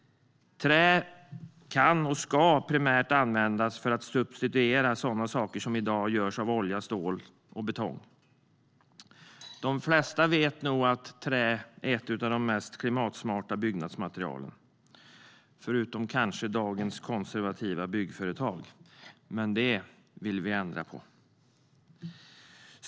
Trä kan och ska primärt användas för att substituera sådana saker som i dag görs av olja, stål och betong. De flesta vet att trä är ett av de mest klimatsmarta byggnadsmaterialen - förutom möjligen dagens konservativa byggföretag. Men det vill vi ändra på.